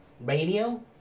radio